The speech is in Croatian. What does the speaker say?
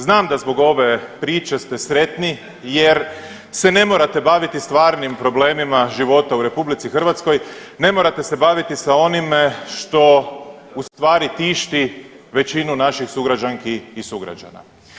Znam da zbog ove priče ste sretni jer se ne morate baviti stvarnim problemima života u RH, ne morate se baviti sa onime što u stvari tišti većinu naših sugrađanki i sugrađana.